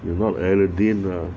you're not aladdin lah